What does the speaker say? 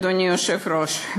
אדוני היושב-ראש,